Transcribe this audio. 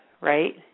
right